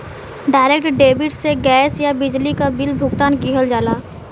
direct debit से gas या बिजली क बिल भुगतान किहल जाला